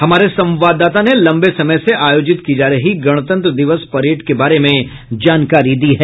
हमारे संवाददाता ने लम्बे समय से आयोजित की जा रही गणतंत्र दिवस परेड के बारे में जानकारी दी है